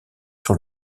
sur